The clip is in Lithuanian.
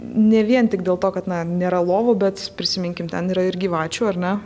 ne vien tik dėl to kad na nėra lovų bet prisiminkim ten yra ir gyvačių ar ne